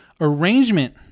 arrangement